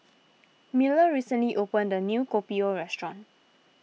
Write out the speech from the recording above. Miller recently opened a new Kopi O restaurant